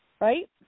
right